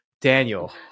Daniel